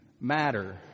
matter